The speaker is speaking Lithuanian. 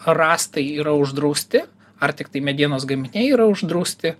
rąstai yra uždrausti ar tiktai medienos gaminiai yra uždrausti